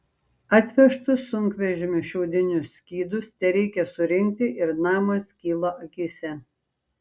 atvežtus sunkvežimiu šiaudinius skydus tereikia surinkti ir namas kyla akyse